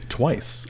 twice